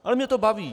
Ale mě to baví.